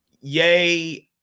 yay